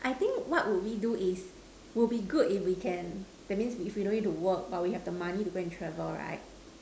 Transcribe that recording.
I think what would we do is would be good if we can that means if we don't need to work but we have the money to go and travel right